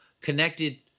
connected